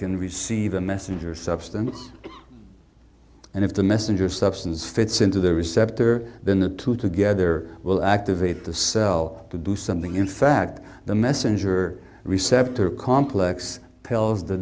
can receive a messenger substance and if the messenger substance fits into the receptor then the two together will activate the cell to do something in fact the messenger receptor complex tells the